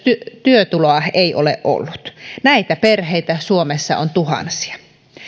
työtuloa ei ole ollut näitä perheitä suomessa on tuhansia